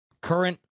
current